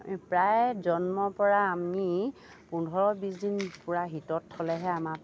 প্ৰায় জন্মৰ পৰা আমি পোন্ধৰ বিছ দিন পুৰা হীটত থ'লেহে আমাক